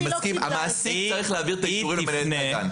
אני מסכים שהמעסיק צריך להעביר את האישורים למנהלת הגן.